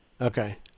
Okay